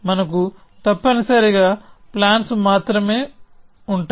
మనకు తప్పనిసరిగా ప్లాన్స్ మాత్రమే ఉంటాయి